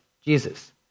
Jesus